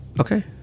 Okay